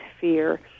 fear